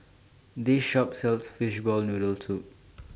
This Shop sells Fishball Noodle Soup